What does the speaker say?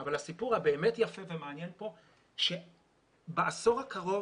אבל הסיפור היפה והמעניין כאן הוא שבעשור הקרוב,